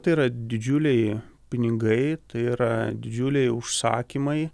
tai yra didžiuliai pinigai tai yra didžiuliai užsakymai